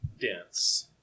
dense